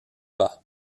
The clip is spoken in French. pas